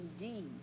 indeed